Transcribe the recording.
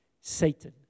Satan